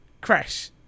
Crash